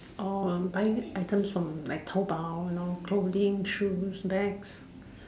orh buying items from like Taobao you know clothing shoes bag